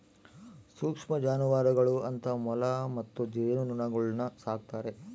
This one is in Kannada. ಸೂಕ್ಷ್ಮ ಜಾನುವಾರುಗಳು ಅಂತ ಮೊಲ ಮತ್ತು ಜೇನುನೊಣಗುಳ್ನ ಸಾಕ್ತಾರೆ